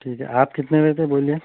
ٹھیک ہے آپ کتنے بجے تک بولیے